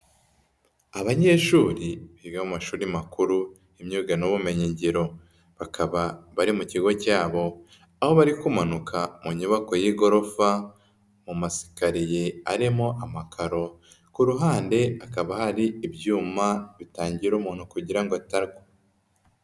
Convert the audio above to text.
Abanyeshuri biga mu amashuri makuru y'imyuga n'ubumenyi ngiro, bakaba bari mu kigo cyabo aho bari kumanuka mu nyubako y'igorofa mu masikariye arimo amakaro, ku ruhande hakaba hari ibyuma bitangira umuntu kugira ngo atagwa.